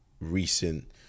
recent